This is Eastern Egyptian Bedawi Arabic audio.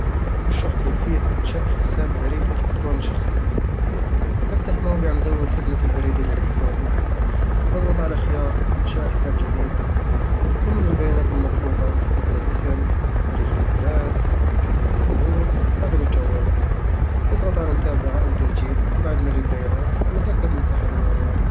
اشرح كيفية إنشاء حساب بريد إلكتروني شخصي. افتح موقع مزود خدمة البريد الإلكتروني "اضغط على خيار "إنشاء حساب جديد املأ البيانات المطلوبة، مثل الاسم، تاريخ الميلاد، كلمة المرور، ورقم الجوال اضغط على "متابعة" أو "تسجيل" بعد ملء البيانات وتأكد من صحة المعلومات